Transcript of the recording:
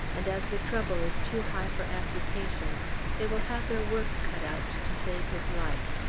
and as the trouble is too high for amputation they will have their work cut out to save his life.